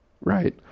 right